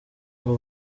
ngo